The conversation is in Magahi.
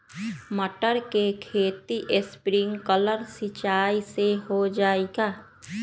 मटर के खेती स्प्रिंकलर सिंचाई से हो जाई का?